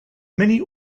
many